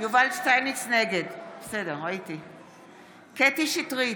שטייניץ, נגד קטי קטרין שטרית,